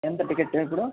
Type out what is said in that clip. ఎంత టికెట్ ఇప్పుడు